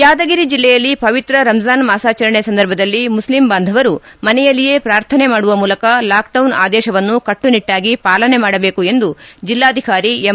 ಯಾದಗಿರಿ ಜಿಲ್ಲೆಯಲ್ಲಿ ಪವಿತ್ರ ರಂಜಾನ್ ಮಾಸಾಚರಣೆ ಸಂದರ್ಭದಲ್ಲಿ ಮುಸ್ಲಿಂ ಬಾಂಧವರು ಮನೆಯಲ್ಲಿಯೇ ಪ್ರಾರ್ಥನೆ ಮಾಡುವ ಮೂಲಕ ಲಾಕ್ಡೌನ್ ಆದೇಶವನ್ನು ಕಟ್ಪುನಿಟ್ಗಾಗಿ ಪಾಲನೆ ಮಾಡಬೇಕು ಎಂದು ಜಿಲ್ಲಾಧಿಕಾರಿ ಎಂ